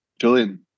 Julian